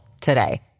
today